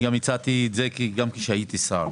גם הצעתי את זה כשהייתי שר.